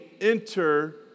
enter